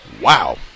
wow